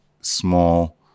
small